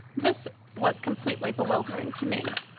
this was completely bewildering to me.